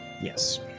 Yes